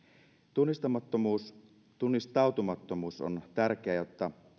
tunnistautumattomuus tunnistautumattomuus on tärkeää jotta